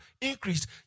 increased